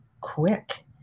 quick